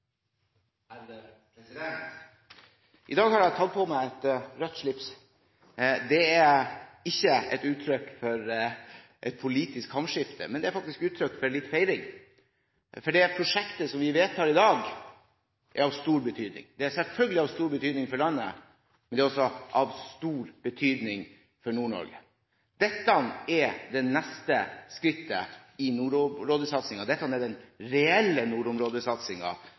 I dag har jeg tatt på meg et rødt slips. Det er ikke et uttrykk for et politisk hamskifte, men det er faktisk et uttrykk for litt feiring. Det prosjektet vi vedtar i dag, er av stor betydning. Det er selvfølgelig av stor betydning for landet, men det er også av stor betydning for Nord-Norge. Dette er det neste skrittet i nordområdesatsingen. Dette er den reelle